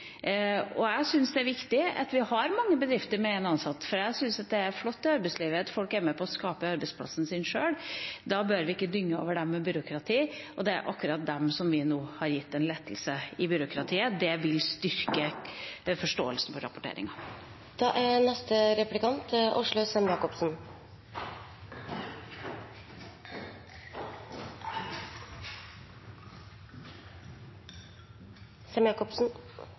Jeg syns det er viktig at vi har mange bedrifter med én ansatt, for jeg syns at det er flott i arbeidslivet at folk er med på å skape arbeidsplassen sin sjøl. Da bør vi ikke dynge over dem med byråkrati, og det er akkurat dem vi nå har gitt en lettelse i byråkrati. Det vil styrke forståelsen for rapporteringen. Jeg hører begrunnelsen for hvorfor alder ikke er